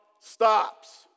stops